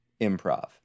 improv